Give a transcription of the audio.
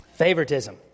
Favoritism